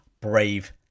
brave